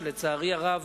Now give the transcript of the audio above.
שלצערי הרב